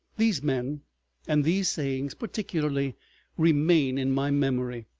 these men and these sayings particularly remain in my memory.